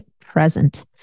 present